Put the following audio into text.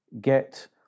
get